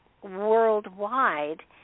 worldwide